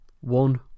One